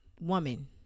Woman